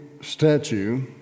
statue